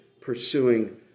pursuing